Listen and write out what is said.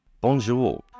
Bonjour